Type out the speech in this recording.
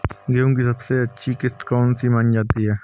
गेहूँ की सबसे अच्छी किश्त कौन सी मानी जाती है?